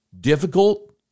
difficult